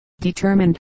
determined